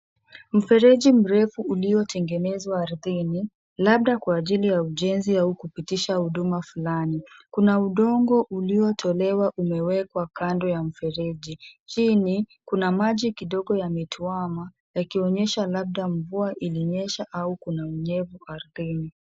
Mfereji mrefu uliotengenezwa ardhini, labda kwa ajili ya ujenzi au kupitisha huduma fulani. Kuna udongo uliotolewa umewekwa kando ya mfereji. Chini, kuna maji kidogo yametuama, yakionyesha labda mvua ilinyesha au kuna unyevu ardhini.